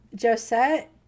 Josette